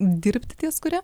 dirbti ties kuria